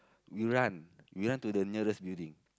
we run we run to the nearest building